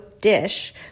Dish